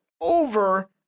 over